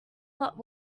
but